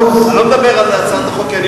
אני לא מדבר על הצעת החוק כי,